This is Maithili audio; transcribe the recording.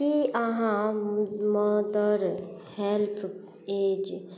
कि अहाँ मदर हेल्पएज